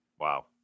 Wow